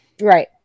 right